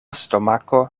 stomako